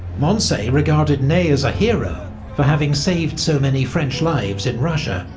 moncey regarded ney as a hero for having saved so many french lives in russia,